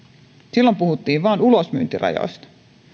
silloin puhuttiin vain ulosmyyntirajoista